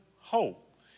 hope